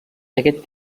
aquest